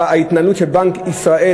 ההתנהלות של בנק ישראל,